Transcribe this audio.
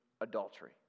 adultery